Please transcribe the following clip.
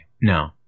No